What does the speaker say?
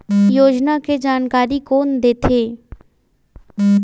योजना के जानकारी कोन दे थे?